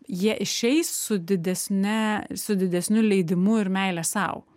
jie išeis su didesne su didesniu leidimu ir meile sau